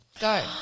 Go